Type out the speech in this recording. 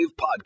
Podcast